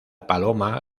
paloma